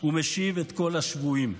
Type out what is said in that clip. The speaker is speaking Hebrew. ומשיב את כל השבויים.